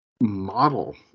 model